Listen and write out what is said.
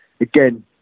again